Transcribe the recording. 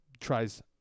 tries